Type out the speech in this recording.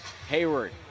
Hayward